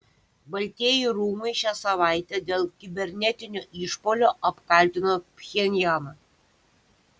baltieji rūmai šią savaitę dėl kibernetinio išpuolio apkaltino pchenjaną